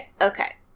okay